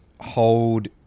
hold